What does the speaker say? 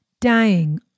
dying